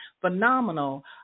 phenomenal